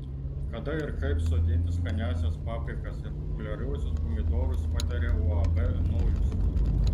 kada ir kaip sodinti skaniąsias paprikas ir populiariuosius pomidorus pataria uab nojus